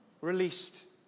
released